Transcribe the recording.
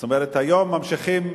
זאת אומרת, היום ממשיכים